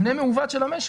במבנה מעוות כזה.